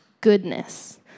goodness